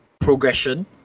progression